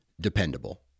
dependable